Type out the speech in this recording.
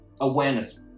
awareness